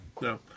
No